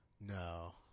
No